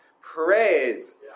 Praise